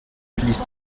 blies